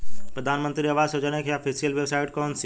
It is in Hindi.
प्रधानमंत्री आवास योजना की ऑफिशियल वेबसाइट कौन सी है?